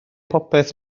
popeth